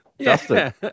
Justin